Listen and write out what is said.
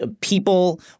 people